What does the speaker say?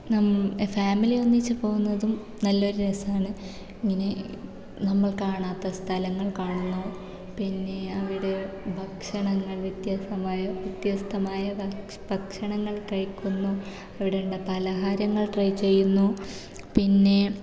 family ഒന്നിച്ച് പോകുന്നതും നല്ല ഒരു രസമാണ് ഇങ്ങനെ നമ്മൾ കാണാത്ത സ്ഥലങ്ങൾ കാണുന്നു പിന്നേ അവിടെ ഭക്ഷണങ്ങൾ വ്യത്യാസ്തമായ വ്യത്യസ്തമായ ഭക്ഷണങ്ങൾ കഴിക്കുന്നു അവിടെ ഉളള പലഹാരങ്ങൾ ട്രൈ ചെയ്യുന്നു പിന്നെ